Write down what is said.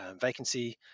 vacancy